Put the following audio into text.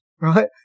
Right